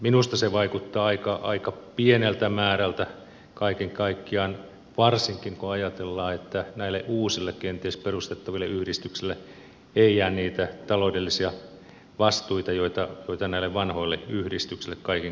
minusta se vaikuttaa aika pieneltä määrältä kaiken kaikkiaan varsinkin kun ajatellaan että näille uusille kenties perustettaville yhdistyksille ei jää niitä taloudellisia vastuita joita näille vanhoille yhdistyksille kaiken kaikkiaan jää